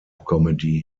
comedy